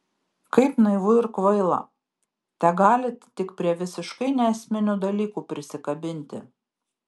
kaip naivu ir kvaila tegalit tik prie visiškai neesminių dalykų prisikabinti